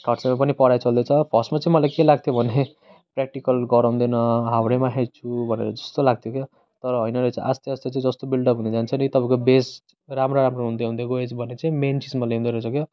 third सेममा पनि पढाइ चल्दैछ फर्स्टमा चाहिँ मलाई के लाग्थ्यो भने प्र्याक्टिकल गराउँदैन हाउडेमा आएँछु भनेको जस्तो लाग्थ्यो क्या तर होइन रहेछ आस्ते आस्ते जस्तो बिल्डअप हुँदै जान्छ नि तपाईँको बेस राम्रो राम्रो हुँदै हुँदै गयो भने चाहिँ मेन चिजमा लिँदोरहेछ क्या हो